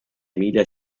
emilia